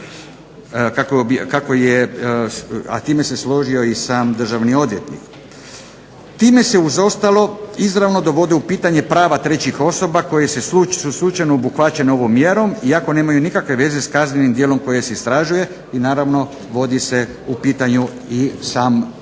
s time se složio i sam državni odvjetnik. Time se uz ostalo izravno dovode u pitanje prava trećih osoba koje su slučajno obuhvaćene ovom mjerom iako nemaju nikakve veze s kaznenim djelom koje se istražuje i naravno vodi se u pitanju i sam postupak.